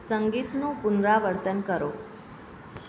સંગીતનું પુનરાવર્તન કરો